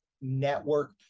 network